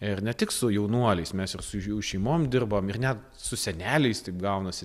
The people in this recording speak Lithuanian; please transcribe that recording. ir ne tik su jaunuoliais mes ir su jų šeimom dirbam ir net su seneliais taip gaunasi